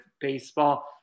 baseball